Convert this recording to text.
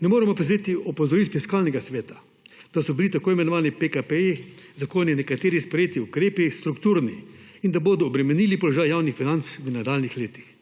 Ne moremo prezreti opozoril Fiskalnega sveta, da so bili v tako imenovanih zakonih PKP nekateri sprejeti ukrepi strukturni in da bodo obremenili položaj javnih financ v nadaljnjih letih.